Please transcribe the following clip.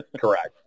Correct